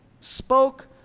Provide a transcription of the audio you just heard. spoke